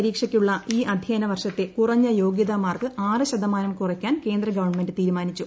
പരീക്ഷയ്ക്കുള്ള ഈ അദ്ധ്യയന വർഷത്തെ കുറഞ്ഞ യോഗ്യത മാർക്ക് ആറ് ശതമാനം കുറയ്ക്കാൻ കേന്ദ്ര ഗവൺമെന്റ് തീരുമാനിച്ചു